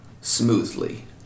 smoothly